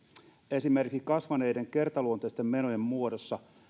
esimerkiksi kasvaneiden kertaluonteisten menojen muodossa